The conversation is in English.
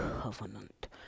covenant